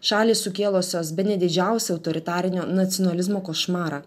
šalys sukėlusios bene didžiausią autoritarinio nacionalizmo košmarą